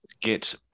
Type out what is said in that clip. get